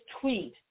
tweet